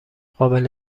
قابل